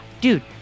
dude